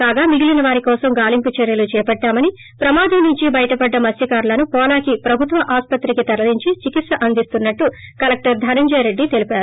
కాగా మిగిలిన వారి కోసం గాలింపు చర్యలు చేపట్లామని ప్రమాదం నుంచి బయటపడ్డ మత్స్కారులను వోలాకి ప్రభుత్వ ఆసుపత్రికి తరలించి చికిత్స అందిస్తున్నట్లు కలెక్టర్ ధనుంయరెడ్డి తెలిపారు